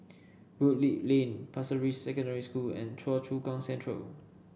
Woodleigh Lane Pasir Ris Secondary School and Choa Chu Kang Central